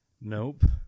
Nope